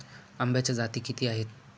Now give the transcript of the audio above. आंब्याच्या जाती किती आहेत?